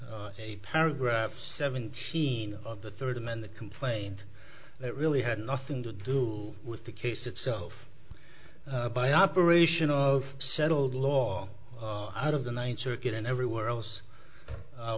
a paragraph seventeen of the third amended complaint that really had nothing to do with the case itself by operation of settled law out of the ninth circuit and everywhere else